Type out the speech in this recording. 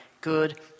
good